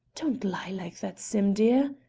don't lie like that, sim, dear,